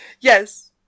Yes